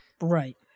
Right